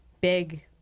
big